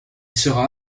sera